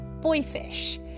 Boyfish